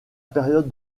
période